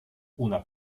una